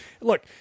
Look